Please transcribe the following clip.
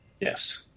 Yes